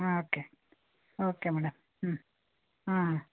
okay okay madam ಹ್ಞೂ ಹಾಂ